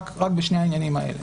רק בשני העניינים האלה.